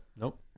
Nope